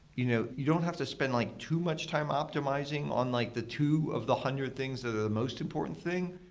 you know you don't have to spend like too much time optimizing on like the two of the hundred things are the most important thing,